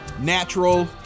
natural